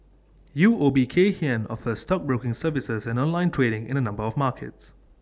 U O B Kay Hian offers stockbroking services and online trading in A number of markets